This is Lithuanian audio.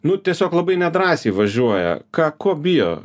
nu tiesiog labai nedrąsiai važiuoja ką ko bijo